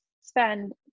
spend